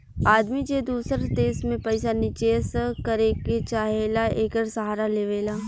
आदमी जे दूसर देश मे पइसा निचेस करे के चाहेला, एकर सहारा लेवला